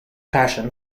passion